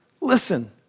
listen